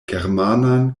germanan